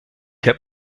heb